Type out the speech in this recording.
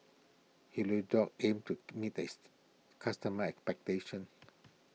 Hirudoid aims to meet east customers' expectations